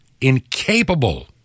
incapable